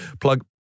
plug